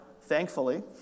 thankfully